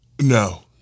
no